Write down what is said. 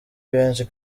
benshi